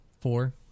Four